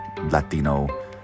Latino